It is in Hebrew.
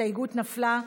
ההסתייגות נפלה.